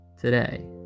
today